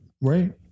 right